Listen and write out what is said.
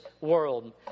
world